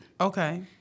Okay